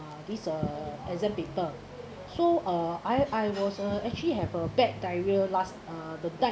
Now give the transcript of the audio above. uh this uh exam paper so uh I I was a actually have a bad diarrhoea last uh the